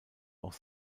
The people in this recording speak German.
auch